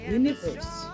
universe